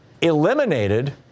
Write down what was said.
eliminated